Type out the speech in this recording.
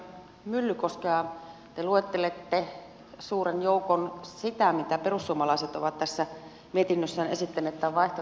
nyt kun kuuntelee edustaja myllykoskea te luettelette suuren joukon sitä mitä perussuomalaiset ovat esittäneet vaihtoehtobudjetissaan